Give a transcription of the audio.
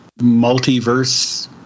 multiverse